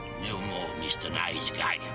no more mr. nice guy!